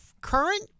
current